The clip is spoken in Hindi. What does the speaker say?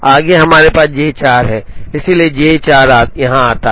आगे हमारे पास J 4 है इसलिए J 4 यहाँ आता है